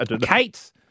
Kate